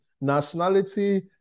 nationality